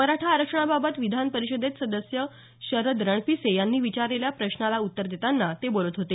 मराठा आरक्षणाबाबत विधान परिषदेत सदस्य शरद रणपिसे यांनी विचारलेल्या प्रश्नाला उत्तर देताना ते बोलत होते